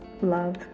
love